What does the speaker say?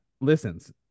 listens